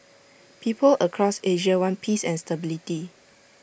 people across Asia want peace and stability